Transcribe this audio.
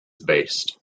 based